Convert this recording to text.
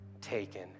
taken